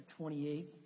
28